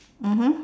mmhmm